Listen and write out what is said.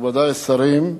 מכובדי השרים,